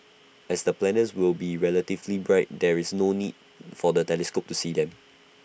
as the planets will be relatively bright there is no need for the telescope to see them